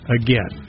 again